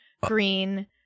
green